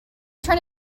trying